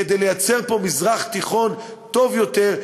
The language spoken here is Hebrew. כדי לייצר פה מזרח תיכון טוב יותר,